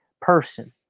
person